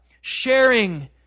Sharing